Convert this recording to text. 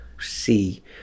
see